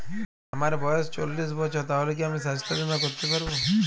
আমার বয়স চল্লিশ বছর তাহলে কি আমি সাস্থ্য বীমা করতে পারবো?